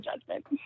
judgment